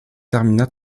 termina